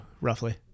roughly